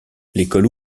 l’école